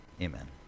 Amen